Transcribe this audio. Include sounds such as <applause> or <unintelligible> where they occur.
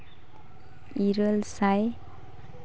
ᱤᱨᱟᱹᱞ ᱥᱟᱭ <unintelligible>